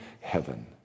heaven